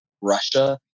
Russia